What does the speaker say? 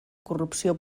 corrupció